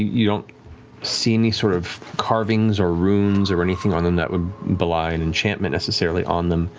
you don't see any sort of carvings or runes or anything on them that would belie an enchantment necessarily on them.